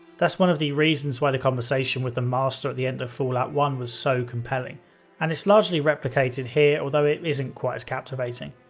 that's one of the reasons why the conversation with the master at the end of fallout one was so compelling and it's largely replicated here although it isn't quite captivating.